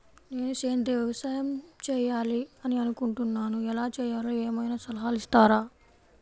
నేను సేంద్రియ వ్యవసాయం చేయాలి అని అనుకుంటున్నాను, ఎలా చేయాలో ఏమయినా సలహాలు ఇస్తారా?